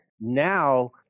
now